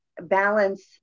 balance